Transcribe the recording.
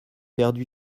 perdu